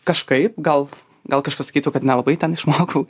kažkaip gal gal kažkas sakytų kad nelabai ten išmokau